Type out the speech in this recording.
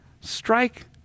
strike